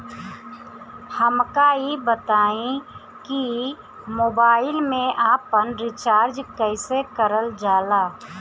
हमका ई बताई कि मोबाईल में आपन रिचार्ज कईसे करल जाला?